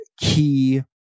key